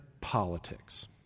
politics